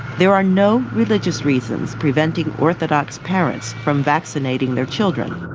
there are no religious reasons preventing orthodox parents from vaccinating their children.